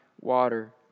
water